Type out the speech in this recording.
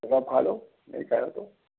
चलो अब खा लो नहीं खाया तो